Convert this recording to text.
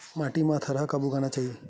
माटी मा थरहा कब उगाना चाहिए?